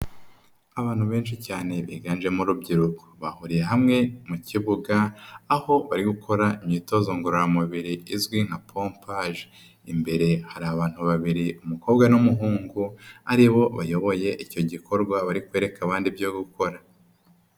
Abantu benshi cyane biganjemo urubyiruko, bahuriye hamwe mu kibuga, aho bari gukora imyitozo ngororamubiri izwi nka pompaje, imbere hari abantu babiri, umukobwa n'umuhungu, aribo bayoboye icyo gikorwa bari kwereka abandi ibyo gukora.